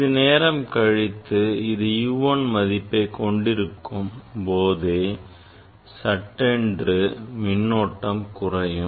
சிறிது நேரம் கழித்து இது U 1 மதிப்பை கொண்டிருக்கும்போதே சட்டென்று மின்னோட்டம் குறையும்